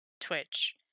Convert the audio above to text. Twitch